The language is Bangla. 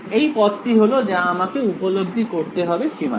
এই পদটি হলো যা আমাকে উপলব্ধি করতে হবে সীমানায়